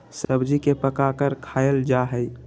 सब्जी के पकाकर खायल जा हई